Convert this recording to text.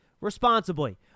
responsibly